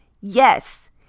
yes